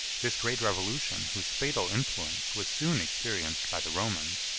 this great revolution, whose fatal influence was soon experienced by the romans,